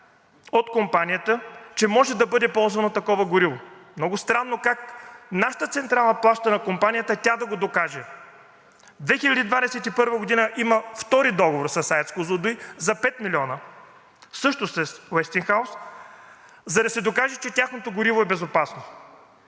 от компанията, че може да бъде ползвано такова гориво. Много странно как нашата централа плаща на компанията тя да го докаже. През 2021 г. има втори договор с АЕЦ „Козлодуй“ за 5 милиона също с „Уестингхаус“, за да се докаже, че тяхното гориво е безопасно.